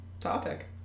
topic